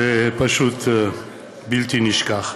זה פשוט בלתי נשכח.